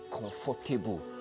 comfortable